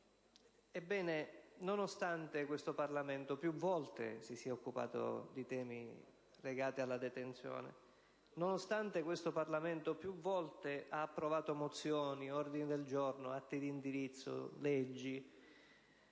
Ebbene, nonostante questo Parlamento più volte si sia occupato di temi legati alla detenzione, nonostante questo Parlamento più volte abbia approvato mozioni, ordini del giorno, atti di indirizzo e leggi,